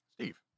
Steve